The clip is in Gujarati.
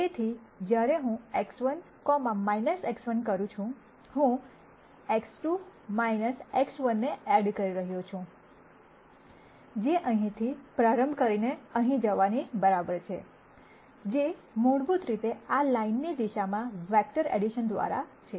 તેથી જ્યારે હું X1 X1 કરું છુંહું X2 1 X1 એડ કરી રહ્યો છું જે અહીંથી પ્રારંભ કરીને અહીં જવાની બરાબર છે જે મૂળભૂત રીતે આ લાઇનની દિશામાં વેક્ટર એડીશન દ્વારા છે